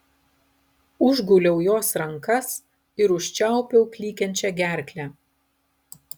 užguliau jos rankas ir užčiaupiau klykiančią gerklę